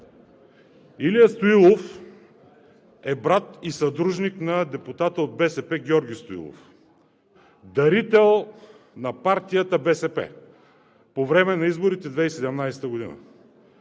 Илия Стоилов е брат и съдружник на депутата от БСП – Георги Стоилов. Дарител е на партията БСП по време на изборите – 2017 г.